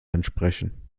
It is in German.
entsprechen